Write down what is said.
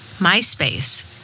MySpace